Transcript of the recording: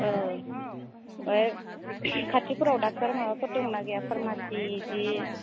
अ ऐ खाथिफोराव डक्ट'र माबाफोर दंना गैया फार्मासि बिदि